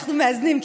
אנחנו מאזנים,